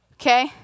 Okay